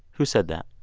who said that?